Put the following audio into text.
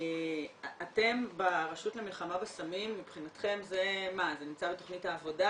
אתם ברשות למלחמה בסמים מבחינתכם זה נמצא בתכנית העבודה?